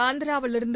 ஆந்திராவிலிருந்து